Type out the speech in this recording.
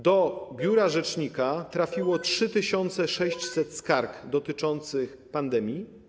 Do biura rzecznika trafiło 3600 skarg dotyczących pandemii.